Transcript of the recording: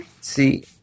See